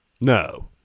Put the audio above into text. No